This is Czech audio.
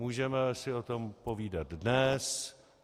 Můžeme si o tom povídat dnes.